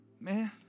Man